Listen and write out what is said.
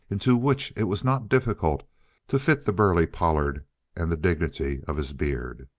into which it was not difficult to fit the burly pollard and the dignity of his beard.